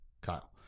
Kyle